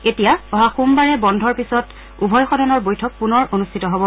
এতিয়া অহা সোমবাৰে বন্ধৰ পিচত উভয় সদনৰ বৈঠক পনৰ অনুষ্ঠিত হ'ব